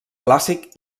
clàssic